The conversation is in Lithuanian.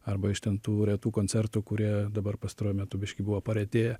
arba iš ten tų retų koncertų kurie dabar pastaruoju metu biškį buvo paretėję